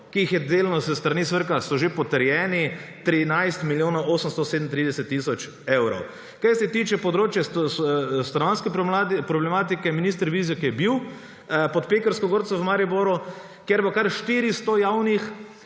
ki so s strani SVRK delno že potrjeni, 13 milijonov 837 tisoč evrov. Kar se tiče področja stanovanjske problematike, minister Vizjak je bil Pod Pekarsko gorco v Mariboru, kjer kar 400 javnih